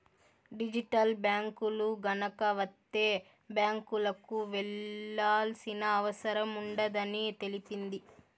digital బ్యాంకులు గనక వత్తే బ్యాంకులకు వెళ్లాల్సిన అవసరం ఉండదని తెలిపింది